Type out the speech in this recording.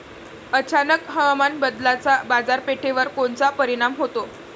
अचानक हवामान बदलाचा बाजारपेठेवर कोनचा परिणाम होतो?